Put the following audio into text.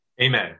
Amen